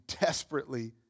desperately